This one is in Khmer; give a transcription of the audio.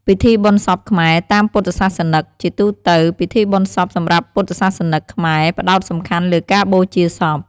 ពិធីបុណ្យសពខ្មែរ តាមពុទ្ធសាសនិក ជាទូទៅ ពិធីបុណ្យសពសម្រាប់ពុទ្ធសាសនិកខ្មែរផ្តោតសំខាន់លើការបូជាសព។